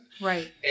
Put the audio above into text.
Right